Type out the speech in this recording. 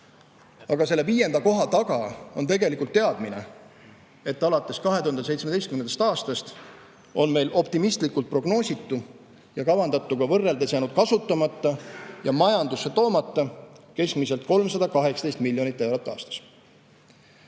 Aga selle viienda koha taga on tegelikult teadmine, et alates 2017. aastast on meil optimistlikult prognoositu ja kavandatuga võrreldes jäänud kasutamata ja majandusse toomata keskmiselt 318 miljonit eurot aastas.